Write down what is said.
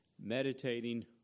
meditating